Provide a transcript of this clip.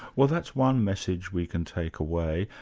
well that's one message we can take away.